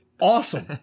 awesome